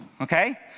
okay